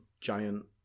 giant